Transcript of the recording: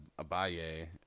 abaye